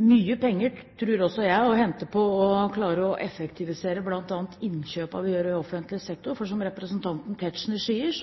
mye penger, tror også jeg, å hente på å klare å effektivisere bl.a. innkjøpene vi gjør i offentlig sektor. For som bl.a. representanten Tetzschner sier,